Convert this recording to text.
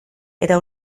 eta